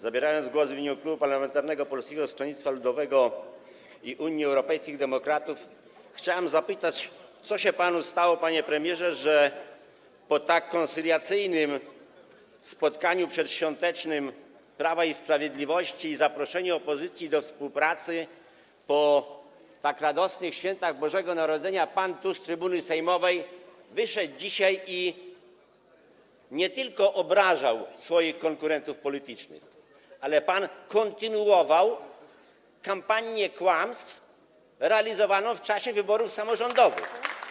Zabierając głos w imieniu Klubu Poselskiego Polskiego Stronnictwa Ludowego - Unii Europejskich Demokratów, chciałem zapytać, co się panu stało, panie premierze, że po tak koncyliacyjnym spotkaniu przedświątecznym Prawa i Sprawiedliwości i zaproszeniu opozycji do współpracy, po tak radosnych świętach Bożego Narodzenia wyszedł pan tu dzisiaj na trybunę sejmową i nie tylko obrażał pan swoich konkurentów politycznych, ale też kontynuował pan kampanię kłamstw realizowaną w czasie wyborów samorządowych.